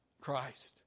Christ